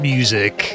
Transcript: Music